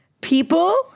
People